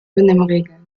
benimmregeln